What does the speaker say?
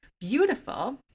beautiful